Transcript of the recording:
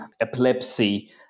epilepsy